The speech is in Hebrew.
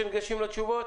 אנחנו מתנגדים לזה.